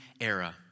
era